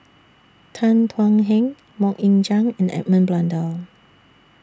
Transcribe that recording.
Tan Thuan Heng Mok Ying Jang and Edmund Blundell